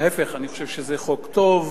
להיפך, אני חושב שזה חוק טוב,